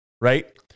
right